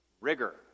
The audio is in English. rigor